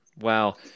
Wow